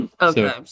Okay